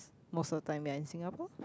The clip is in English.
most of the time you're in Singapore